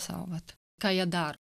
saugot ką jie daro